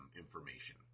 information